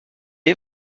est